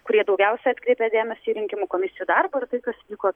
kurie daugiausia atkreipia dėmesį į rinkimų komisijų darbą ir tai kas liko